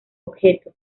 objeto